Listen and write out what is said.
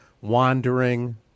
wandering